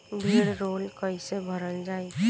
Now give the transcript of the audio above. भीडरौल कैसे भरल जाइ?